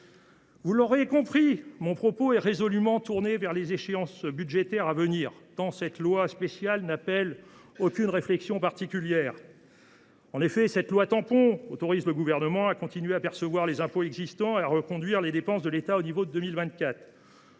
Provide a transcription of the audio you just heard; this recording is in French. mes chers collègues, mon propos est résolument tourné vers les échéances budgétaires à venir, tant ce projet de loi spéciale n’appelle aucune réflexion particulière. En effet, ce texte de loi tampon se contente d’autoriser le Gouvernement à continuer de percevoir les impôts existants et à reconduire les dépenses de l’État au niveau de